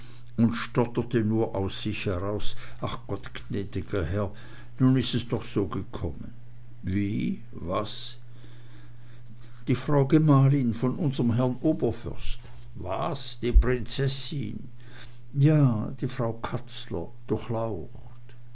und stotterte nur aus sich heraus ach gott gnäd'ger herr nu is es doch so gekommen wie was die frau gemahlin von unserm herrn oberförster was die prinzessin ja die frau katzler